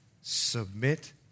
submit